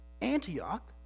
Antioch